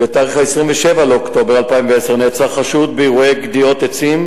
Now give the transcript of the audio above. ב-27 באוקטובר 2010 נעצר חשוד באירועי גדיעות עצים,